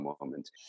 moment